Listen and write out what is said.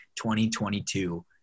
2022 –